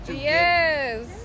Yes